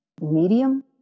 medium